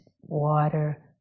water